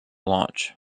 launch